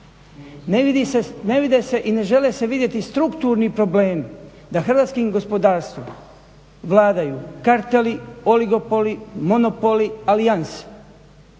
Ne vide se i ne žele se vidjeti strukturni problemi da hrvatskim gospodarstvima vladaju karteli, oligopoli, monopoli, alijanse.